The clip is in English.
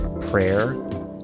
prayer